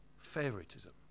favoritism